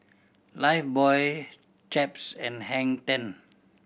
Lifebuoy Chaps and Hang Ten